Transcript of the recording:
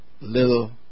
little